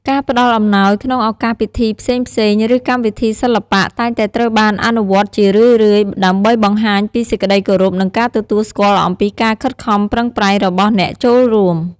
ការផ្តល់អំណោយក្នុងឱកាសពិធីផ្សេងៗ ឬកម្មវិធីសិល្បៈ តែងតែត្រូវបានអនុវត្តជារឿយៗ ដើម្បីបង្ហាញពីសេចក្ដីគោរព និងការទទួលស្គាល់អំពីការខិតខំប្រឹងប្រែងរបស់អ្នកចូលរួម។